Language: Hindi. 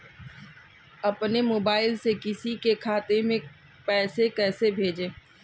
अपने मोबाइल से किसी के खाते में पैसे कैसे भेजें?